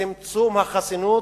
צמצום החסינות,